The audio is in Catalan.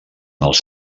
els